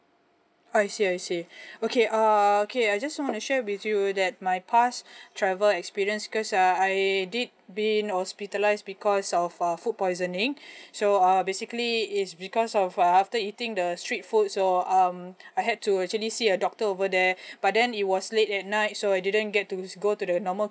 I see I see okay uh okay I just want to share with you that my past travel experience because uh I did been hospitalised because of uh food poisoning so err basically it's because of uh after eating the street food so um I had to actually see a doctor over there but then it was late at night so I didn't get to go to the normal